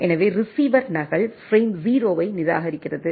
எனவே ரிசீவர் நகல் பிரேம் 0 ஐ நிராகரிக்கிறது